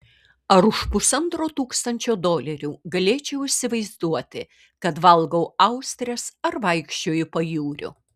ar už pusantro tūkstančio dolerių galėčiau įsivaizduoti kad valgau austres ar vaikščioju pajūriu